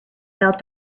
fell